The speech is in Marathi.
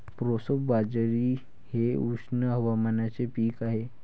प्रोसो बाजरी हे उष्ण हवामानाचे पीक आहे